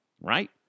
Right